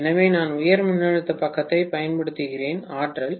எனவே நான் உயர் மின்னழுத்த பக்கத்தைப் பயன்படுத்துகிறேன் ஆற்றல்